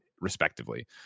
respectively